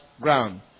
ground